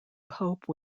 pope